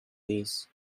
this